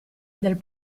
del